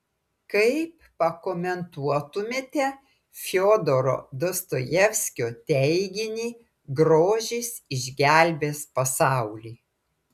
kaip pakomentuotumėte fiodoro dostojevskio teiginį grožis išgelbės pasaulį